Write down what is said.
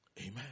Amen